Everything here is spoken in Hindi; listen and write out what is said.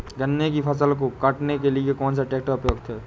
गन्ने की फसल को काटने के लिए कौन सा ट्रैक्टर उपयुक्त है?